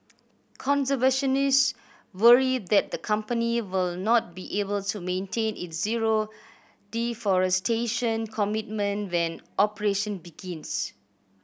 conservationist worry that the company will not be able to maintain its zero deforestation commitment when operation begins